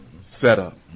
setup